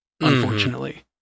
unfortunately